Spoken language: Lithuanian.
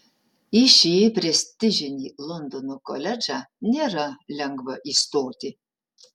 į šį prestižinį londono koledžą nėra lengva įstoti